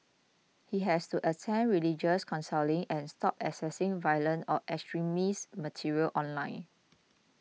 he has to attend religious counselling and stop accessing violent or extremist material online